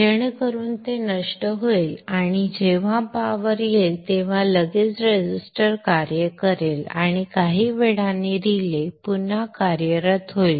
जेणेकरुन ते नष्ट होईल आणि जेव्हा पॉवर येईल तेव्हा लगेच रेझिस्टर कार्य करेल आणि काही वेळाने रिले पुन्हा एकदा कार्यात येईल